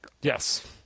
Yes